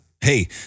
Hey